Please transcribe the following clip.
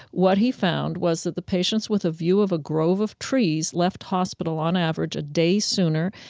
what he found was that the patients with a view of a grove of trees left hospital on average a day sooner,